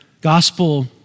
Gospel